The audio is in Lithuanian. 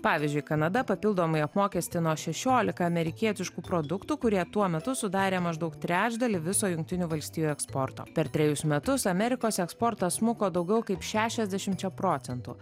pavyzdžiui kanada papildomai apmokestino šešiolika amerikietiškų produktų kurie tuo metu sudarė maždaug trečdalį viso jungtinių valstijų eksporto per trejus metus amerikos eksportas smuko daugiau kaip šešiasdešimčia procentų